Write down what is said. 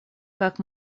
как